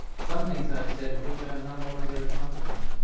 some things i've said of which i'm not altogether confident,